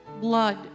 blood